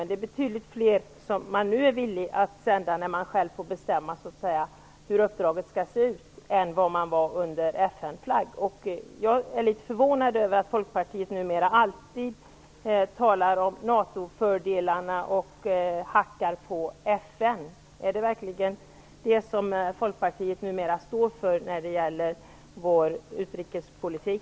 Det är betydligt fler som nu är villiga att sända soldater när man själv får bestämma hur uppdraget skall se ut än vad man var när uppdraget skulle utföras under Jag är litet förvånad över att Folkpartiet numera alltid talar om NATO-fördelarna samtidigt som man hackar på FN. Är det verkligen det som Folkpartiet numera står för när det gäller vår utrikespolitik?